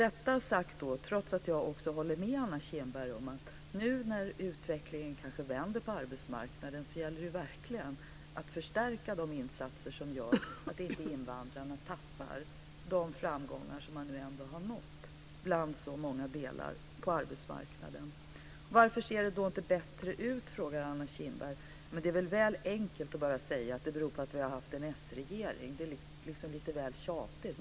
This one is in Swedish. Detta säger jag trots att jag håller med Anna Kinberg om att det nu, när utvecklingen kanske vänder på arbetsmarknaden, verkligen gäller att förstärka de insatser som gör att inte invandrarna tappar de framgångar de ändå har nått i så många delar av arbetsmarknaden. Varför ser det då inte bättre ut? frågar Anna Kinberg. Men det är väl lite väl enkelt att bara säga att det beror på att vi har haft en s-regering. Det är lite väl tjatigt.